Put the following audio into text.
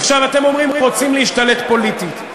עכשיו, אתם אומרים: רוצים להשתלט פוליטית.